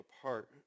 apart